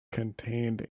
contained